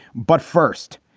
but first,